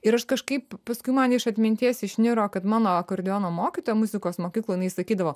ir aš kažkaip paskui man iš atminties išniro kad mano akordeono mokytoja muzikos mokykloj jinai sakydavo